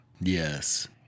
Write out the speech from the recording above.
Yes